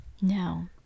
No